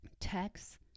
text